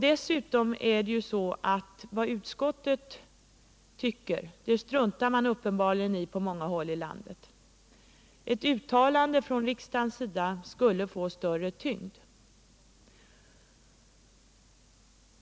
Dessutom är det så att man på många håll i landet uppenbarligen struntar i vad utskottet tycker. Ett uttalande från riksdagen skulle få större tyngd.